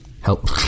help